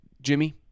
Jimmy